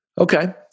okay